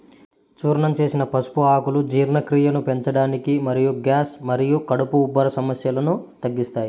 చూర్ణం చేసిన పసుపు ఆకులు జీర్ణక్రియను పెంచడానికి మరియు గ్యాస్ మరియు కడుపు ఉబ్బరం సమస్యలను తగ్గిస్తాయి